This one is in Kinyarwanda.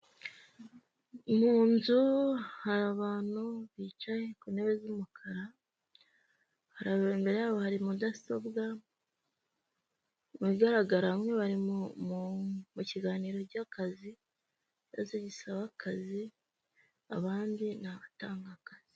Mu nzu hari abantu bicaye ku ntebe z'umukara , hari abantu imbeme yabo hari mudasobwa, mu bigaragara bamwe bari mu kiganiro cy'akazi cyangwa se gisaba akazi, abandi ni abatanga akazi.